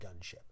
gunship